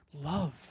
love